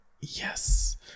yes